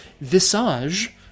Visage